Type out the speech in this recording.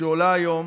שעולה היום